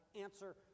Answer